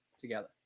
together